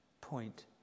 point